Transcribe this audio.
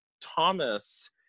Thomas